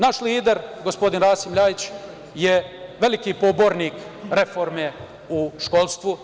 Naš lider, gospodin Rasim LJajić, je veliki pobornik reforme u školstvu.